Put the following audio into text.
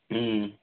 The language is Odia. ହୁଁ